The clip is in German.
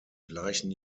gleichen